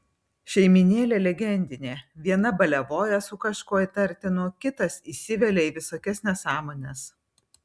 šeimynėlė legendinė viena baliavoja su kažkuo įtartinu kitas įsivelia į visokias nesąmones